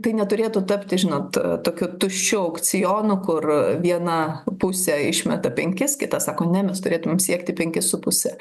tai neturėtų tapti žinot tokiu tuščiu aukcionu kur viena pusė išmeta penkis kita sako ne mes turėtumėm siekti penkis su puse